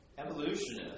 evolutionists